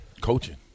Coaching